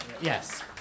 Yes